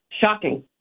shocking